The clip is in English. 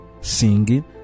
singing